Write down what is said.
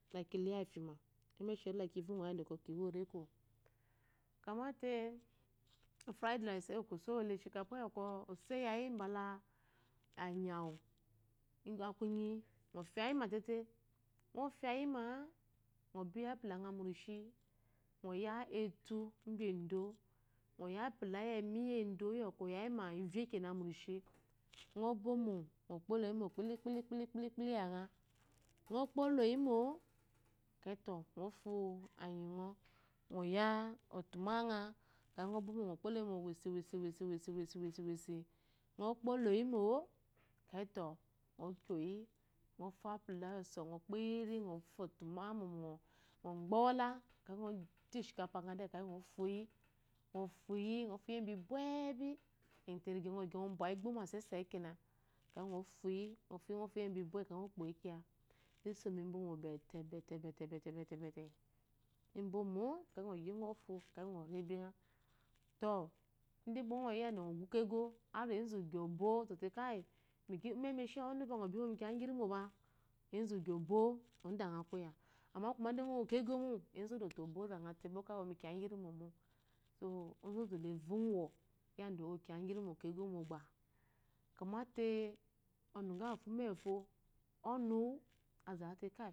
La kiluyi afyima emesheri la kee vongɔ mba reko iwomo kyamate emiyiki iyi opuyimo mu anyi awu inyee ɔfya-yima tete ɔgyayima ŋɔ biya a pula ŋa mu rishi ŋɔ ya ivye iyi endo ŋ kpolo yimo kpili kpuli iya ŋa ŋɔ kpolo yimo ŋɔfú anyi ŋɔ nɔ ya ɔtuma akeyi ŋɔ kpolo wumo wisiwisi ŋɔ kpolo yimó akeyi ŋɔ kyo yi ŋɔ fu apula iyosɔ ŋɔ kyo ɔtuma mumɔ akɛyi ŋɔ gbɛyi ola akɛyi ŋɔ to emiyiki akɛyi ŋ fuyi akeyi ŋ kyo yi embɨ bwebi akɛyi ŋɔ kpoyi kiya akɛyi eso nu ibibómó bɛtɛ bɛtɛ imbómɔ akeyi ŋɔ gyi ŋɔfú akɛyi ŋri binŋa to gbá ŋɔ guyi ɔnye ezu gyo ɔnyɔ mu nyi ŋɔ o shi ozhe te umemi esheyi mba ɔnu ŋɔ nyɔ ŋɔ womi reko énzu gyó ɔnyɔ ɔnda ŋa kiya ngirimo amá gba ɔwo. kiya ngirimo kego mo ondaŋa kiya ngirimó onzazu la rongɔ kiya ngirimo iwomo kego mogba kya maté ɔnu ufo